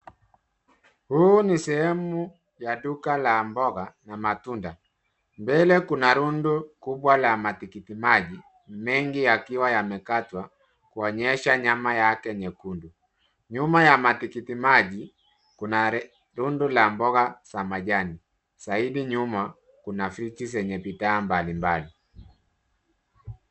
Huu ni sehemu ya duka la mboga na matunda mbele kuna rundu kubwa la matikiti maji mengi yakiwa yamekatwa kuonyesha nyama yake nyekundu. Nyuma ya matikiti maji kuna rundo la mboga za majani zaidi nyuma kuna viti zenye bidhaa mbalimbali.